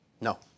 No